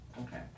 okay